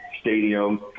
stadium